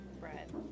Bread